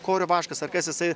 korio vaškas ar kas jisai